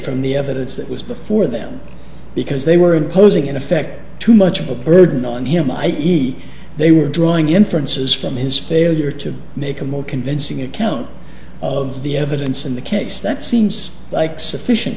from the evidence that was before them because they were imposing in effect too much of a burden on him i e they were drawing inferences from his failure to make a more convincing account of the evidence in the case that seems like sufficient